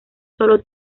solo